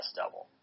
double